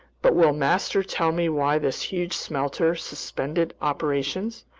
but will master tell me why this huge smelter suspended operations,